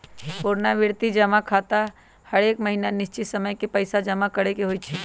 पुरनावृति जमा खता में हरेक महीन्ना निश्चित समय के पइसा जमा करेके होइ छै